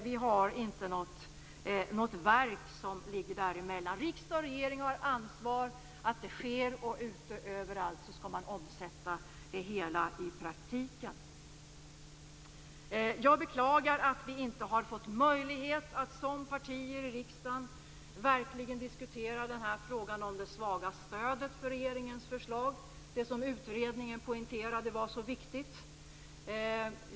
Vi har inte något verk däremellan, utan riksdag och regering har ansvar för det hela, som sedan överallt skall omsättas i praktiken. Jag beklagar att vi partier i riksdagen inte har fått möjlighet att verkligen diskutera det svaga stödet för regeringens förslag. Utredningen poängterade ju att det var viktigt.